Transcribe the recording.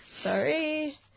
Sorry